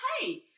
hey